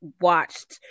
watched